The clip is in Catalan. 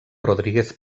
rodríguez